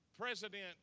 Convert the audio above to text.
president